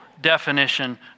definition